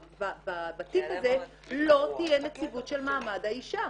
בתיק הזה לא תהיה נציגות של מעמד האשה.